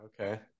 okay